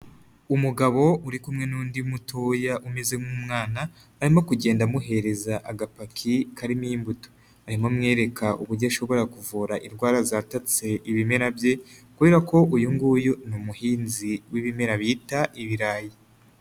Umugabo uri kumwe n'undi mutoya umeze nk'umwana, arimo kugenda amuhereza agapaki karimo imbuto, arimo amwereka uburyo ashobora kuvura indwara zatatse ibimera bye, kubera ko uyu nguyu ni umuhinzi w'ibimera bita ibirayi.